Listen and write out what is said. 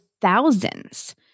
thousands